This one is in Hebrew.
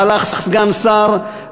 הלך סגן שר,